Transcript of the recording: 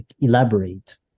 elaborate